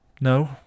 No